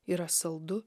yra saldu